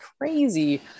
crazy